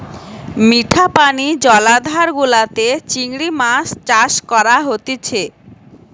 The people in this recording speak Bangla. মিঠা পানি জলাধার গুলাতে চিংড়ি মাছ চাষ করা হতিছে